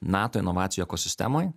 nato inovacija ekosistemoj